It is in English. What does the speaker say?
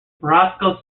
roscoe